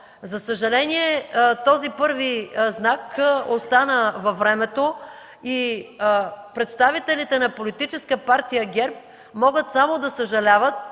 За съжаление, този първи знак остана във времето и представителите на Политическа партия ГЕРБ могат само да съжаляват,